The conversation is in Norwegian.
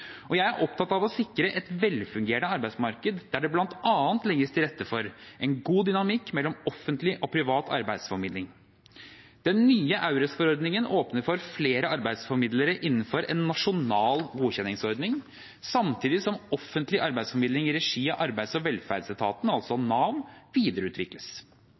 og jeg er opptatt av å sikre et velfungerende arbeidsmarked der det bl.a. legges til rette for en god dynamikk mellom offentlig og privat arbeidsformidling. Den nye EURES-forordningen åpner for flere arbeidsformidlere innenfor en nasjonal godkjenningsordning samtidig som offentlig arbeidsformidling i regi av arbeids- og velferdsetaten, altså Nav, videreutvikles.